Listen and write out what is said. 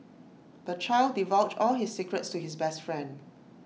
the child divulged all his secrets to his best friend